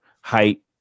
height